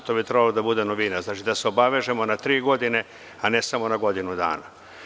Znači, to bi trebalo da bude novina, da se obavežemo na tri godine, a ne samo na godinu dana.